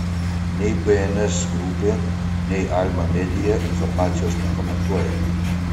nei bns grupė nei alma media informacijos nekomentuoja